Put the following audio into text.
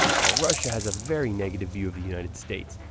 while russia has a very negative view of the united states,